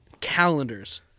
calendars